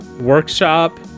Workshop